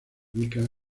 ubican